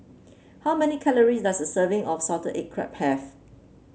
how many calories does a serving of Salted Egg Crab have